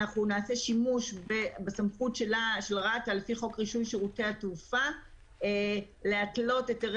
נעשה שימוש בסמכות של רת"א לפי חוק רישוי שירותי התעופה להתלות היתרי